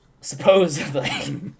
supposedly